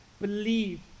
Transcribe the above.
Believe